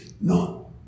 No